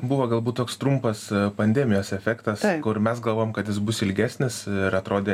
buvo galbūt toks trumpas pandemijos efektas kur mes galvojom kad jis bus ilgesnis ir atrodė